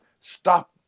stop